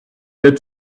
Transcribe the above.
get